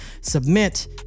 submit